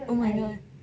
omg